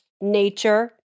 nature